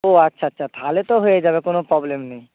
ও আচ্ছা আচ্ছা তাহলে তো হয়ে যাবে কোনো প্রবলেম নেই